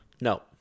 No